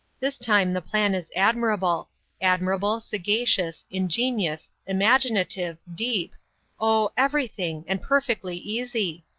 this time the plan is admirable admirable, sagacious, ingenious, imaginative, deep oh, everything, and perfectly easy.